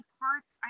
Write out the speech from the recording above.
parts